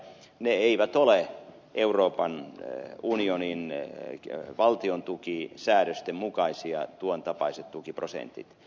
tuontapaiset tukiprosentit eivät ole euroopan unionin valtiontukisäädösten mukaisia tuon tapaiset tukiprosentti